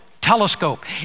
telescope